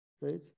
right